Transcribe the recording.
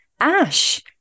Ash